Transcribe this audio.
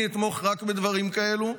אני אתמוך רק בדברים כאלה,